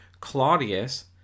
claudius